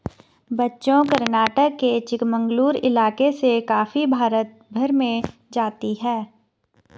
बच्चों कर्नाटक के चिकमंगलूर इलाके से कॉफी भारत भर में जाती है